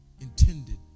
intended